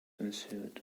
ensued